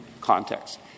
context